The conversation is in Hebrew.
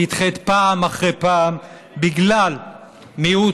נדחית פעם אחרי פעם בגלל מיעוט